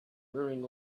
rearing